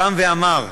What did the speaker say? קם ואמר: